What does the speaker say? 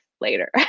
later